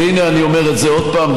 המשטרה, והינה, אני אומר את זה עוד פעם.